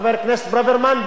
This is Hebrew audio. חבר הכנסת ברוורמן,